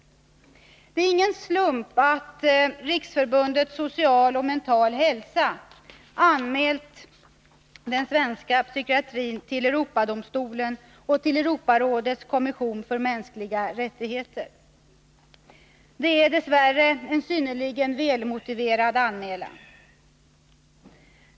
Det är ingen slump att Riksförbundet för social och mental hälsa har anmält den svenska psykiatrin till Europadomstolen och till Europarådets kommission för mänskliga rättigheter. Det är dess värre en synnerligen välmotiverad anmälan.